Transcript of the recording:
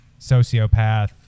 sociopath